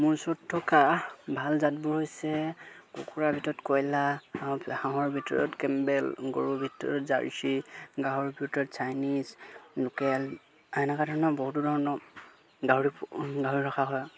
মোৰ ওচৰত থকা ভাল জাতবোৰ হৈছে কুকুৰাৰ ভিতৰত কয়লাৰ হাঁহৰ ভিতৰত কেম্বেল গৰুৰ ভিতৰত জাৰ্চি গাহৰিৰ ভিতৰত চাইনিজ লোকেল এনেকুৱা ধৰণৰ বহুতো ধৰণৰ গাহৰি গাহৰি ৰখা হয়